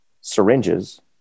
syringes